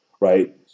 right